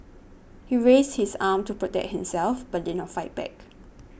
he raised his arm to protect himself but did not fight back